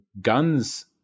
Guns